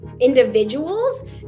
individuals